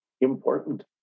important